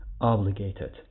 obligated